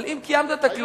אבל אם קיימת את הכללים,